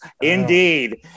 Indeed